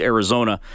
Arizona